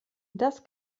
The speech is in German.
das